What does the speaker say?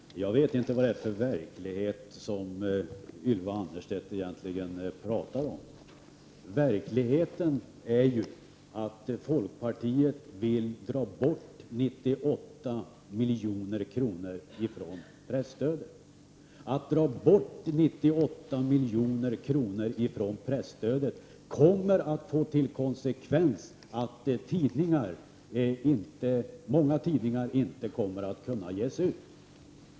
Herr talman! Jag vet inte vad det är för verklighet som Ylva Annerstedt talar om. Verkligheten är ju att folkpartiet vill dra bort 98 milj.kr. från pressstödet. Att dra bort 98 miljoner från presstödet kommer att få till konsekvens att många tidningar inte kommer att kunna ges ut.